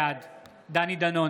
בעד דני דנון,